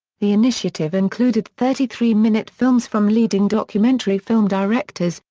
the initiative included thirty three minute films from leading documentary film directors,